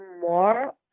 more